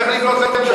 צריך לבנות להם תשתית.